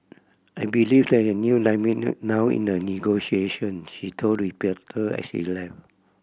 I believe there is a new dynamic now in the negotiations she told reporter as she left